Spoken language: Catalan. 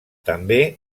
també